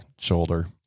shoulder